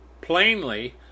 plainly